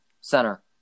Center